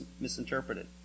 misinterpreted